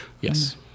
Yes